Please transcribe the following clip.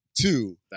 Two